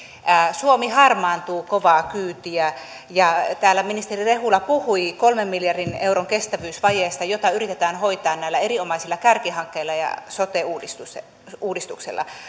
suomi harmaantuu kovaa kyytiä ja täällä ministeri rehula puhui kolmen miljardin euron kestävyysvajeesta jota yritetään hoitaa näillä erinomaisilla kärkihankkeilla ja sote uudistuksella